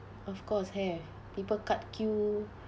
of course have people cut queue